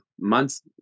months